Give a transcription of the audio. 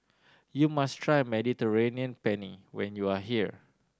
you must try Mediterranean Penne when you are here